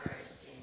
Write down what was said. first